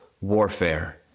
warfare